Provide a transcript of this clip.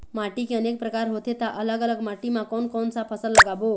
माटी के अनेक प्रकार होथे ता अलग अलग माटी मा कोन कौन सा फसल लगाबो?